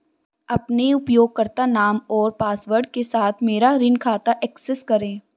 अपने उपयोगकर्ता नाम और पासवर्ड के साथ मेरा ऋण खाता एक्सेस करें